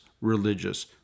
religious